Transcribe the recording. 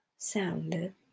sounded